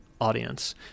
audience